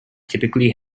typically